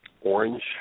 orange